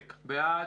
בעד,